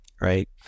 Right